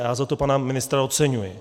Já za to pana ministra oceňuji.